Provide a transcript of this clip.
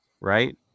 right